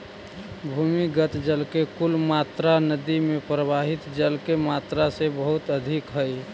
भूमिगत जल के कुल मात्रा नदि में प्रवाहित जल के मात्रा से बहुत अधिक हई